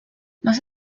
más